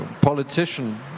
politician